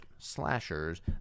slashers